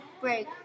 break